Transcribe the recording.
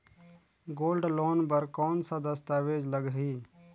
Gold loan बर कौन का दस्तावेज लगही?